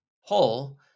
whole